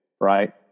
right